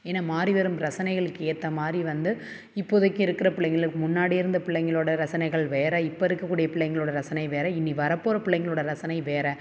ஏன்னா மாறி வரும் ரசனைகளுக்கு ஏற்ற மாதிரி வந்து இப்போதைக்கு இருக்கிற பிள்ளைங்களுக் முன்னாடி இருந்த பிள்ளைங்களோட ரசனைகள் வேற இப்போ இருக்கக்கூடிய பிள்ளைங்களோட ரசனை வேற இனி வர போகிற பிள்ளைங்களோட ரசனை வேற